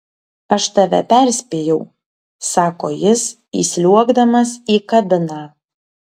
aš tave perspėjau sako jis įsliuogdamas į kabiną